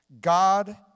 God